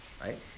right